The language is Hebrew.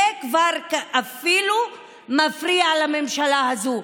אפילו זה כבר מפריע לממשלה הזאת,